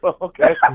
Okay